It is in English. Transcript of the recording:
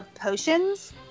potions